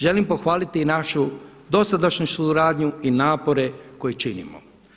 Želim pohvaliti i našu dosadašnju suradnju i napore koje činimo.